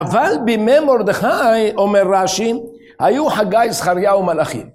אבל בימי מרדכי, אומר רש״י, היו חגי זכריה ומלאכי